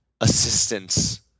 assistance